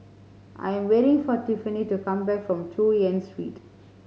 I am waiting for Tiffany to come back from Chu Yen Street